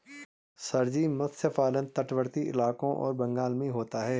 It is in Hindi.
सर जी मत्स्य पालन तटवर्ती इलाकों और बंगाल में होता है